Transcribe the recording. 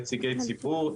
נציגי ציבור,